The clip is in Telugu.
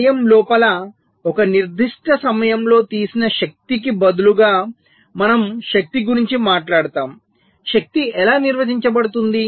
సమయం లోపల ఒక నిర్దిష్ట సమయంలో తీసిన శక్తికి బదులుగా మనం శక్తి గురించి మాట్లాడుతాము శక్తి ఎలా నిర్వచించబడుతుంది